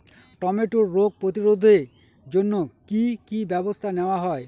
টমেটোর রোগ প্রতিরোধে জন্য কি কী ব্যবস্থা নেওয়া হয়?